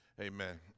Amen